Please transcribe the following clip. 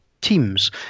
teams